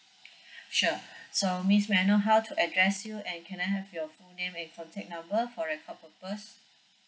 sure so miss may I know how to address you and can I have your full name and contact number for record purpose